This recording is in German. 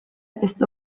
ist